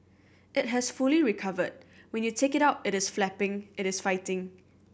it has fully recovered when you take it out it is flapping it is fighting